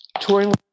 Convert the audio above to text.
touring